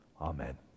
Amen